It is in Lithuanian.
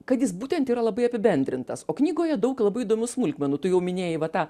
kad jis būtent yra labai apibendrintas o knygoje daug labai įdomių smulkmenų tu jau minėjai va tą